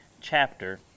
chapter